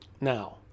Now